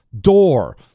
door